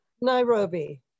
Nairobi